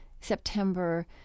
September